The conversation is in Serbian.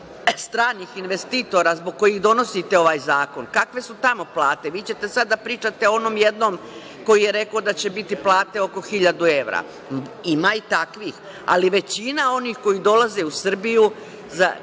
stranih investitora, zbog kojih donosite ovaj zakon, kakve su tamo plate? Vi ćete sad da pričate o onom jednom koji je rekao da će biti plate oko hiljadu evra. Ima i takvih, ali većina onih koji dolaze u Srbiju,